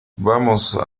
vamos